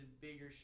bigger